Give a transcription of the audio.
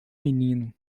menino